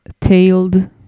tailed